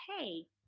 hey